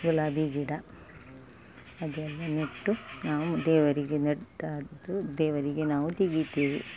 ಗುಲಾಬಿ ಗಿಡ ಅದೆಲ್ಲ ನೆಟ್ಟು ನಾವು ದೇವರಿಗೆ ನೆಟ್ಟದ್ದು ದೇವರಿಗೆ ನಾವು ತೆಗಿತೇವೆ